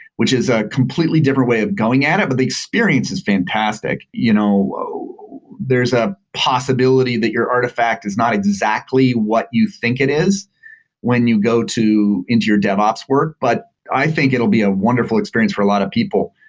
which is a completely different way of going at it, but the experiences fantastic. you know there is a possibility that your artifact is not exactly what you think it is when you go into into your dev ops work, but i think it'll be a wonderful experience for a lot of people.